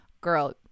girl